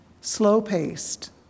slow-paced